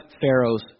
Pharaoh's